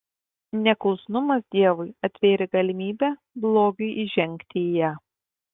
neklusnumas dievui atvėrė galimybę blogiui įžengti į ją